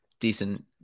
Decent